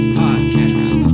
podcast